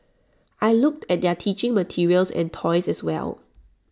I looked at their teaching materials and toys as well